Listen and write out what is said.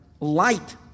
light